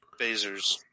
phasers